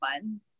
fun